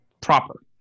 proper